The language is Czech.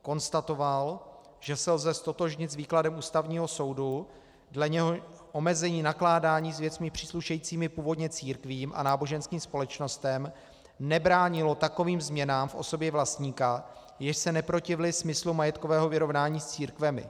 Konstatoval, že se lze ztotožnit s výkladem Ústavního soudu, dle něhož omezení nakládání s věcmi příslušejícími původně církvím a náboženským společnostem nebránilo takovým změnám v osobě vlastníka, jež se neprotivily smyslu majetkového vyrovnání s církvemi.